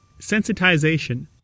Sensitization